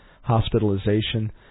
hospitalization